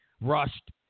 rushed